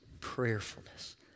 prayerfulness